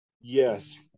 Yes